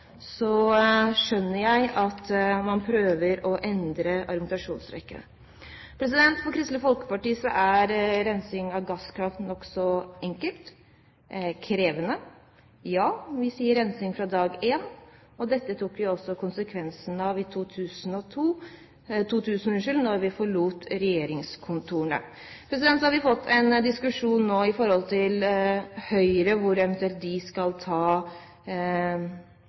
så skjønner jeg at man prøver å endre argumentasjonsrekken. For Kristelig Folkeparti er rensing av gasskraft nokså enkelt: Krevende, ja – vi sier rensing fra dag én. Det tok vi også konsekvensen av i 2000 da vi forlot regjeringskontorene. Så har vi nå fått en diskusjon i forhold til Høyre, hvor de eventuelt skal ta